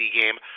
game